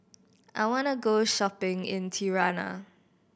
I wanna go shopping in Tirana